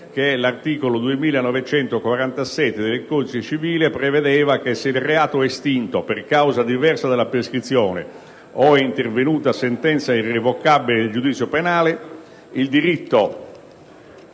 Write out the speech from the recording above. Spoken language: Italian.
l'articolo 2947 del codice civile prevede che se il reato è estinto per causa diversa dalla prescrizione o è intervenuta sentenza irrevocabile nel giudizio penale il diritto